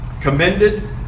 commended